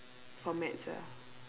for maths ah